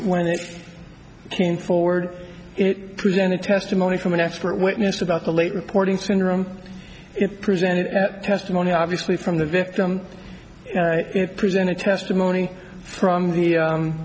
when they came forward presented testimony from an expert witness about the late reporting syndrome presented testimony obviously from the victim presented testimony from the